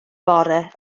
bore